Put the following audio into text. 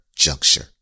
Juncture